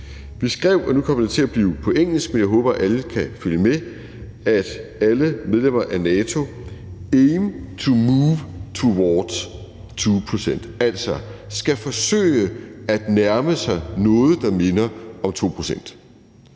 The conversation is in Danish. Vi skrev – og nu kommer det til at blive på engelsk, men jeg håber, at alle kan følge med – at alle medlemmer af NATO »aim to move towards the 2%«, altså, skal forsøge at nærme sig noget, der minder om 2